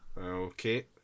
Okay